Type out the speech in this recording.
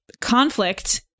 conflict